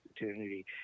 opportunity